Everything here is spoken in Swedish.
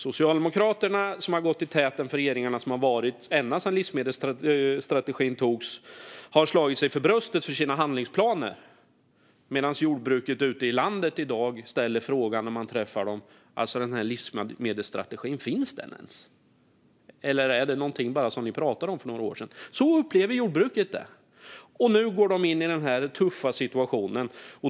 Socialdemokraterna, som har gått i täten för regeringarna ända sedan livsmedelsstrategin antogs, har slagit sig för bröstet för sina handlingsplaner. Men ute i landet ställer i dag jordbrukare frågan när man träffar dem: Den här livsmedelsstrategin - finns den ens, eller är det bara någonting som ni pratade om för några år sedan? Så upplever jordbrukarna det, och nu går de in i den här tuffa situationen.